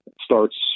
starts